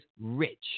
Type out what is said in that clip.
rich